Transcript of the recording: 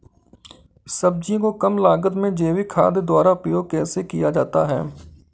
सब्जियों को कम लागत में जैविक खाद द्वारा उपयोग कैसे किया जाता है?